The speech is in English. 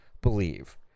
believe